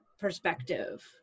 perspective